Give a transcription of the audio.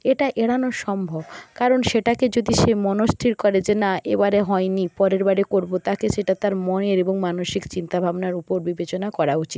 এটা এড়ানো সম্ভব কারণ সেটাকে যদি সে মনস্থির করে যে না এবারে হয়নি পরেরবারে করব তাকে সেটা তার মনের এবং মানসিক চিন্তা ভাবনার উপর বিবেচনা করা উচিত